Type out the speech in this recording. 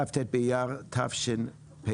כ"ט באייר התשפ"ב.